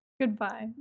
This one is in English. goodbye